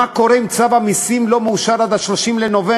מה קורה אם צו המסים לא מאושר עד 30 בנובמבר,